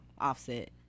Offset